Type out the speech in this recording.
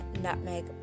nutmeg